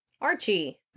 Archie